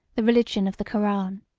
the religion of the koran.